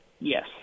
Yes